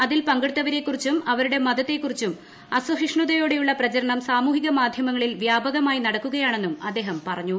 തബ് ലീഗ് പങ്കെടുത്തവരെക്കുറിച്ചും അവരുടെ മതത്തെക്കുറിച്ചും അസഹിഷ്ണുതയോടെയുള്ള പ്രചരണം സാമൂഹികമാധൃമങ്ങളിൽ വ്യാപകമായി നടക്കുകയാണെന്നും അദ്ദേഹം പറഞ്ഞു